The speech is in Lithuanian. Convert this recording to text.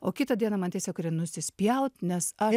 o kitą dieną man tiesiog nusispjaut nes aš